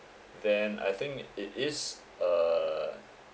then I think it is a